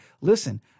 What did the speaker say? listen